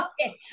Okay